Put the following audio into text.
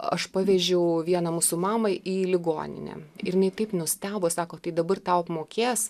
aš pavežiau vieną mūsų mamą į ligoninę ir jinai taip nustebo sako tai dabar tau mokės